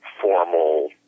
formal